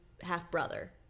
half-brother